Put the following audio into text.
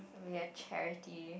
we're charity